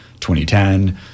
2010